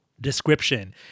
description